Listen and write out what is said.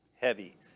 heavy